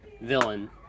villain